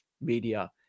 media